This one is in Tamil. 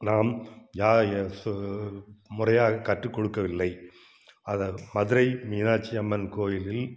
நாம் யா ய சு முறையாக கற்றுக்கொடுக்கவில்லை அத மதுரை மீனாட்சி அம்மன் கோயிலில்